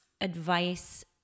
advice